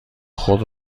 خود